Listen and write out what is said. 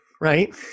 right